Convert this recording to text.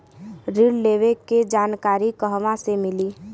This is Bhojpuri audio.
ऋण लेवे के जानकारी कहवा से मिली?